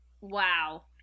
Wow